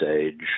age